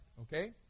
Okay